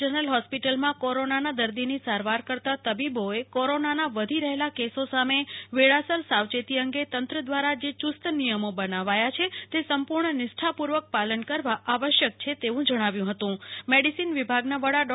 general હોસ્પિટલમાં કોરોનાના દર્દીની સારવાર કરતાં તબીબોએ કોરોનાના વધી રહેલા કેસો સામે વેળાસર સાવચેતી અંગે તંત્ર દ્વારા જે યુસ્ત નિયમો બનાવાયા છે એ સંપૂર્ણ નિષ્ઠાપૂર્વક પાલન કરવા આવશ્યક છે તેવું જણાવ્યું હતું મેડિસિન વિભાગના હેડ ડો